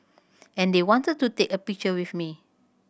and they wanted to take a picture with me